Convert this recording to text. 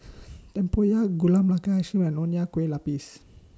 Tempoyak Gula and Nonya Kueh Lapis